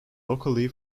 locally